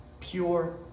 Pure